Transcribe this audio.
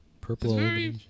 Purple